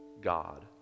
god